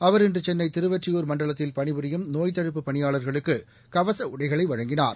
அவர் இன்று சென்னை திருவொற்றியூர் மண்டலத்தில் பணி புரியும் நோய் தடுப்புப் பணியாளர்களுக்கு கவச உடைகளை வழங்கினார்